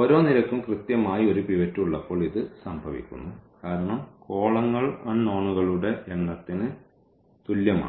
ഓരോ നിരയ്ക്കും കൃത്യമായി ഒരു പിവറ്റ് ഉള്ളപ്പോൾ ഇത് സംഭവിക്കുന്നു കാരണം കോളങ്ങൾ അൺനോണുകളുടെ എണ്ണത്തിന് തുല്യമാണ്